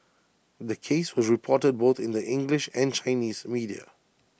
the case was reported both in the English and Chinese media